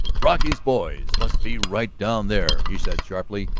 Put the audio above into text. brocky's boys must be right down there, he said sharply.